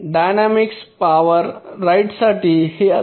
dynamics power राइटसाठी हे अंतिम एक्सप्रेशन आहे